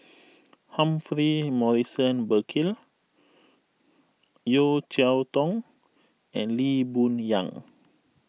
Humphrey Morrison Burkill Yeo Cheow Tong and Lee Boon Yang